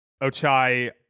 Ochai